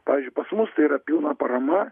pavyzdžiui pas mus tai yra pilna parama